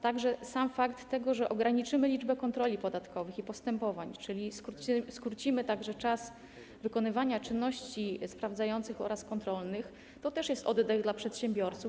Także sam fakt, że ograniczymy liczbę kontroli podatkowych i postępowań, czyli skrócimy także czas wykonywania czynności sprawdzających oraz kontrolnych, to też jest oddech dla przedsiębiorców.